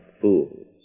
fools